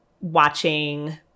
watching